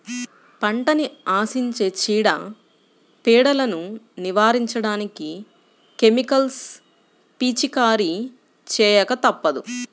పంటని ఆశించే చీడ, పీడలను నివారించడానికి కెమికల్స్ పిచికారీ చేయక తప్పదు